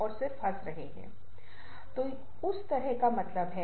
वास्तव में इससे क्या मतलब है